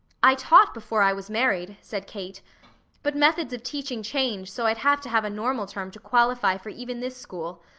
i taught before i was married, said kate but methods of teaching change so i'd have to have a normal term to qualify for even this school.